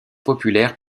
populaire